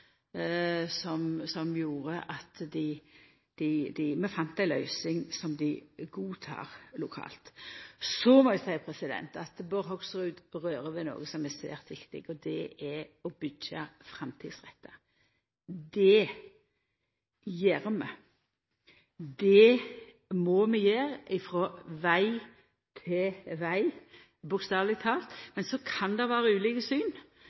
til, som gjorde at vi fann ei løysing som ein godtek lokalt. Bård Hoksrud rører ved noko som er svært viktig, og det er å byggja framtidsretta. Det gjer vi. Det må vi gjera frå veg til veg – bokstaveleg talt. Så kan det vera ulike syn